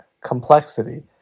complexity